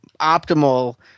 optimal